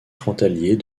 frontalier